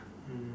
mm